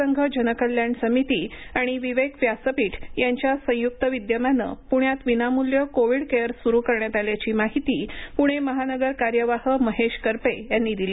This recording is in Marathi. संघ जनकल्याण समिती आणि विवेक व्यासपीठ यांच्या संयुक्त विद्यमाने पृण्यात विनामूल्य कोविड केअर सेंटर सुरू करण्यात आल्याची माहिती पुणे महानगर कार्यवाह महेश करपे यांनी दिली